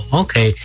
okay